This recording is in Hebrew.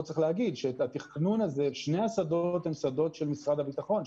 פה צריך להגיד ששני השדות הם שדות של משרד הביטחון,